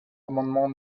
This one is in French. amendement